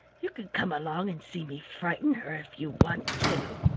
you can come along and see me frighten her, if you want to.